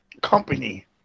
company